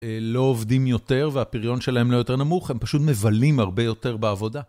לא עובדים יותר והפריון שלהם לא יותר נמוך, הם פשוט מבלים הרבה יותר בעבודה.